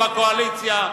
בקואליציה,